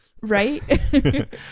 right